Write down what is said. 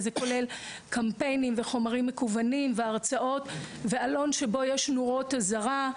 זה כולל קמפיינים וחומרים מקוונים והרצאות ועלון שבו יש נורות אזהרה.